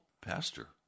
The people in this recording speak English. Pastor